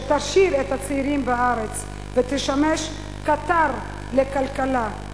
שתשאיר את הצעירים בארץ ותשמש קטר לכלכלה,